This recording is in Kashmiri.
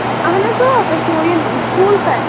اَہَن حظ آ تُہۍ چھِو یِم سکوٗل پیٚٹھ